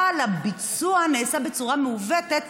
אבל הביצוע נעשה בצורה מעוותת.